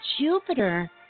Jupiter